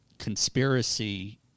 conspiracy